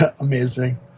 Amazing